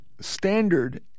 standard